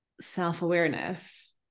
self-awareness